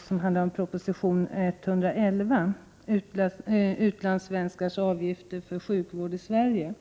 som gäller proposition 111 om utlandssvenskars avgifter för sjukvård i Sverige.